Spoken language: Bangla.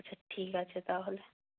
আচ্ছা ঠিক আছে তাহলে